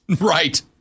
Right